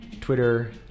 Twitter